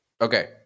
Okay